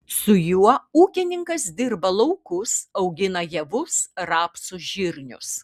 su juo ūkininkas dirba laukus augina javus rapsus žirnius